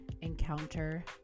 encounter